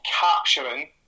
capturing